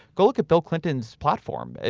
go look at bill clinton's platform.